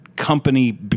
company